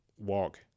walk